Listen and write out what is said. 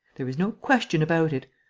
there is no question about it.